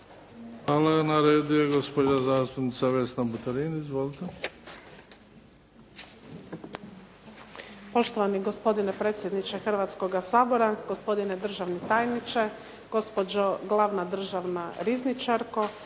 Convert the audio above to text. Hvala. Na redu je gospođa zastupnica Vesna Buterin. Izvolite.